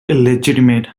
illegitimate